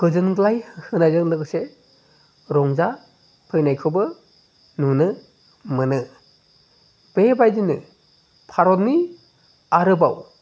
गोजोनग्लाय होनायजों लोगोसे रंजा फैनायखौबो नुनो मोनो बेबायदिनो भारतनि आरोबाव